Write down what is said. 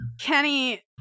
Kenny